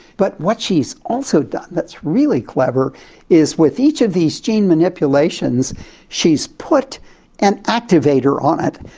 but what she's also done that's really clever is with each of these gene manipulations she's put an activator on it.